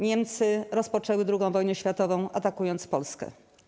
Niemcy rozpoczęły II wojnę światową, atakując Polskę.